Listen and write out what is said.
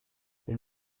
wenn